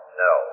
no